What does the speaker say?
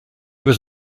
was